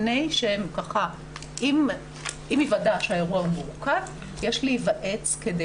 עם היוודע שהאירוע הוא מורכב יש להיוועץ כדי